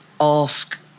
ask